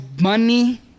money